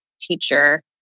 teacher